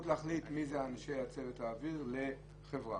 להחליט מי אלה אנשי צוות האוויר לחברה,